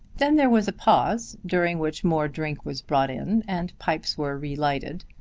then there was a pause, during which more drink was brought in, and pipes were re-lighted.